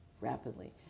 rapidly